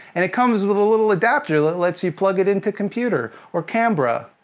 and it comes with a little adapter, that lets you plug it into computer or camera.